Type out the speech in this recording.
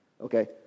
Okay